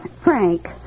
Frank